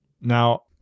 Now